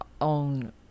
own